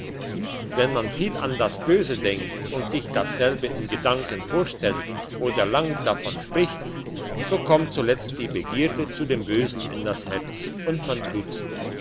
wenn man viel an das böse denkt und sich dasselbe in gedanken vorstellt oder lang davon spricht so kommt zuletzt die begierde zu dem bösen in das herz und man tut's